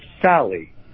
Sally